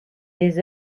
des